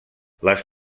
les